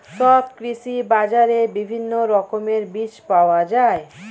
সব কৃষি বাজারে বিভিন্ন রকমের বীজ পাওয়া যায়